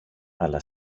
αλλά